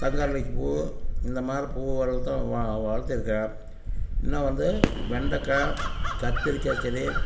பூ இந்த மாதிரி பூவைத்தான் வளர்த்திருக்கேன் இன்னும் வந்து வெண்டைக்கா கத்தரிக்கா செடி